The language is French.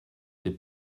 t’ai